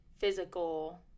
Physical